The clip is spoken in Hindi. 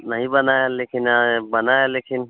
नहीं बना है लेकिन बना है लेकिन